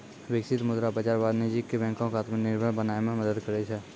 बिकसित मुद्रा बाजार वाणिज्यक बैंको क आत्मनिर्भर बनाय म मदद करै छै